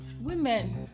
women